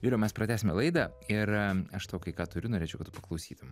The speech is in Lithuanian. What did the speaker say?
viliau mes pratęsime laidą ir aš tau kai ką turiu norėčiau kad tu paklausytum